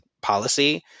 policy